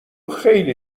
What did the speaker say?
خیلی